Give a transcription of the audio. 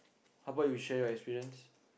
how about you share your experience